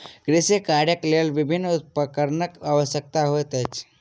कृषि कार्यक लेल विभिन्न उपकरणक आवश्यकता होइत अछि